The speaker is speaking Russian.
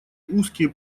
узкие